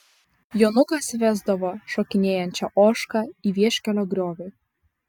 jonukas vesdavo šokinėjančią ožką į vieškelio griovį